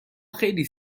خیلی